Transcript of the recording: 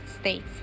States